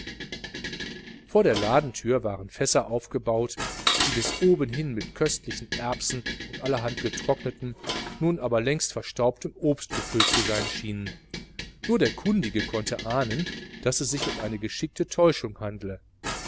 vor der ladentür waren fässer aufgebaut die bis oben hin mit köstlichen erbsen und allerhand getrocknetem nun aber längst verstaubtem obst gefüllt zu sein schienen nur der kundige konnte ahnen daß es sich um eine geschickte täuschung handle